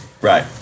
Right